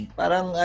parang